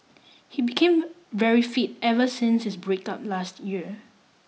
he became very fit ever since his breakup last year